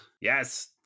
Yes